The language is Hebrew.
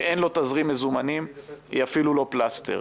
שאין לו תזרים מזומנים, היא אפילו לא פלסטר.